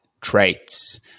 traits